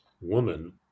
woman